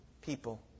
People